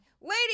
lady